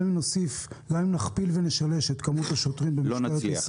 גם אם נכפיל ונשלש את כמות השוטרים, לא נגיע לזה.